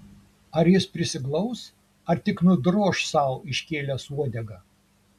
ar jis prisiglaus ar tik nudroš sau iškėlęs uodegą